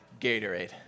Gatorade